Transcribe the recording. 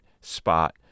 spot